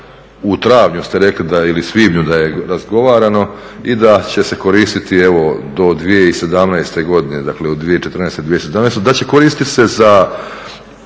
u travnju ste rekli ili svibnju da je razgovarano, i da će se koristiti do 2017.godine dakle od 2014.do 2017.da će se koristiti za